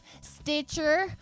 Stitcher